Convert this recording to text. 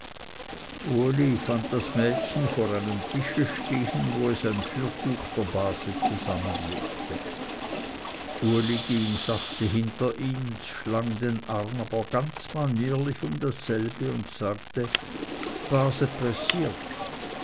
uli fand das mädchen vor einem tische stehend wo es ein fürtuch der base zusammenlegte uli ging sachte hinter ihns schlang den arm aber ganz manierlich um dasselbe und sagte dbase pressiert